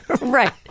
Right